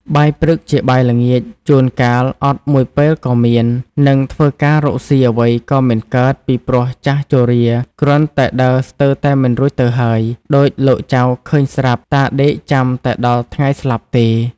បាយព្រឹកជាបាយល្ងាចជួនកាលអត់មួយពេលក៏មាន នឹងធ្វើការរកស៊ីអ្វីក៏មិនកើតពីព្រោះចាស់ជរាគ្រាន់តែដើរស្ទើរតែមិនរួចទៅហើយ ដូចលោកចៅឃើញស្រាប់ តាដេកចាំតែដល់ថ្ងៃស្លាប់ទេ ” ។